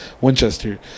Winchester